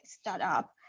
startup